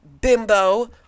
bimbo